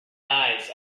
eyes